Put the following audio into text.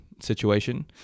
situation